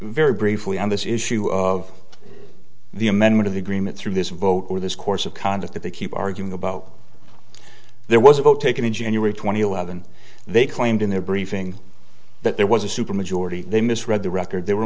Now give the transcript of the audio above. very briefly on this issue of the amendment of the agreement through this vote or this course of conduct that they keep arguing about there was a vote taken in january two thousand and eleven they claimed in their briefing that there was a supermajority they misread the record there were